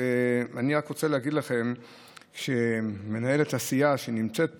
אני רוצה להגיד לכם שמנהלת הסיעה, שנמצאת פה,